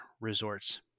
resorts